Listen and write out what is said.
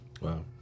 Wow